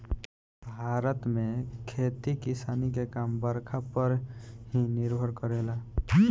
भारत में खेती किसानी के काम बरखा पर ही निर्भर करेला